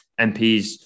MPs